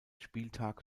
spieltag